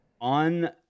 On